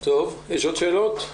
יש עוד שאלות?